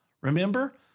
Remember